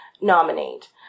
nominate